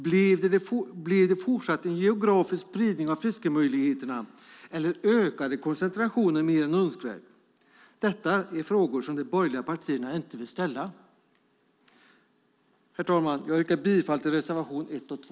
Blev det fortsatt en geografisk spridning av fiskemöjligheterna eller ökade koncentrationen mer än önskvärt? Detta är frågor som de borgerliga partierna inte vill ställa. Herr talman! Jag yrkar bifall till reservationerna 1 och 2.